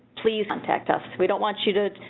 please contact us. we don't want you to,